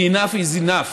כי enough is enough.